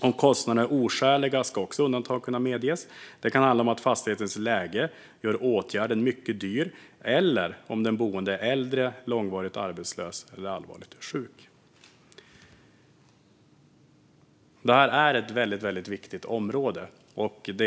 Om kostnaderna är oskäliga ska också undantag kunna medges. Det kan handla om att fastighetens läge gör åtgärden mycket dyr eller att den boende är äldre, långvarigt arbetslös eller allvarligt sjuk. Det här är ett väldigt viktigt område.